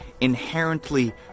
inherently